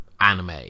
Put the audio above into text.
anime